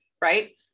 Right